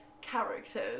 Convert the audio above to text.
characters